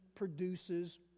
Produces